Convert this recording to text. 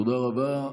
תודה רבה.